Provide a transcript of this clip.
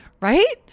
right